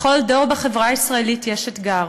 לכל דור בחברה הישראלית יש אתגר: